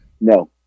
no